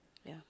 yeah